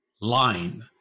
line